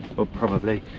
well probably,